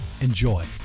Enjoy